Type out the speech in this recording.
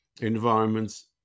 environments